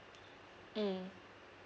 mm